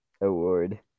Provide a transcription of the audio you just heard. award